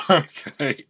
okay